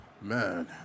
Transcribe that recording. Man